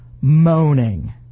moaning